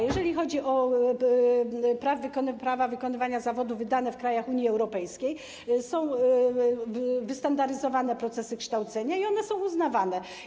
Jeżeli chodzi o prawa wykonywania zawodu wydane w krajach Unii Europejskiej, są wystandaryzowane procesy kształcenia i one są uznawane.